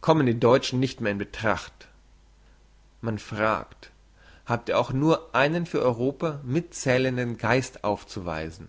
kommen die deutschen nicht mehr in betracht man fragt habt ihr auch nur einen für europa mitzählenden geist aufzuweisen